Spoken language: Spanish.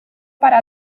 para